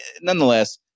nonetheless